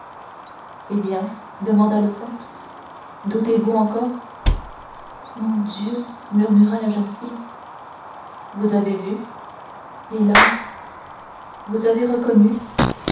eh bien demanda le comte doutez-vous encore ô mon dieu murmura la jeune fille vous avez vu hélas vous avez reconnu